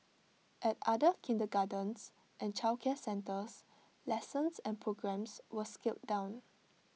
at other kindergartens and childcare centres lessons and programmes were scaled down